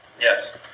Yes